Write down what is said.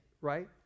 right